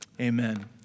amen